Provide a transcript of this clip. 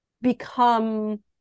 become